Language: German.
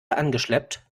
angeschleppt